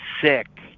sick